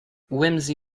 whimsy